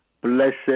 Blessed